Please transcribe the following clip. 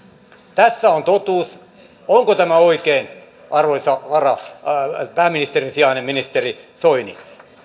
tässä on totuus onko tämä oikein arvoisa pääministerin sijainen ministeri soini